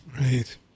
Right